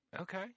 okay